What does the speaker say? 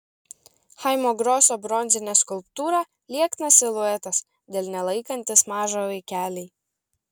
chaimo groso bronzinė skulptūra lieknas siluetas delne laikantis mažą vaikelį